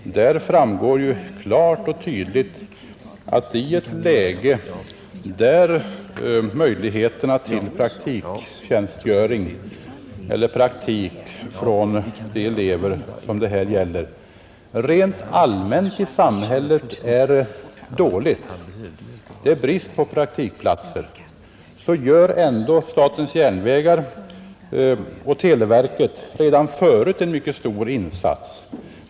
Av det framgår ju klart och tydligt att i ett läge, där möjligheterna till praktik för de elever som det här gäller rent allmänt i samhället är dåliga — det är brist på praktikplatser — gör ändå statens järnvägar och televerket redan förut en mycket stor insats.